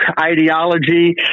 ideology